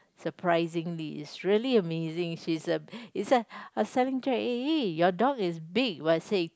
surprisingly is really amazing she's a it's a a seven jack eh eh your dog is big but see